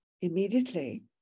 immediately